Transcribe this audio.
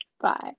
Bye